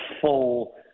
full